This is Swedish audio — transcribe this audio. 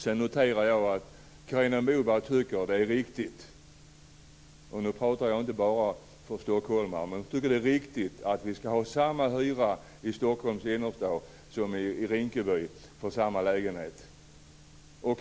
Jag noterade att Carina Moberg tycker att det är riktigt att det skall vara samma hyra för en lägenhet i Stockholms innerstad som för en liknande lägenhet i Rinkeby.